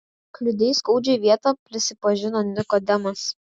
kliudei skaudžią vietą prisipažino nikodemas